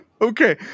Okay